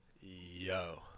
Yo